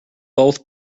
both